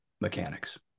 mechanics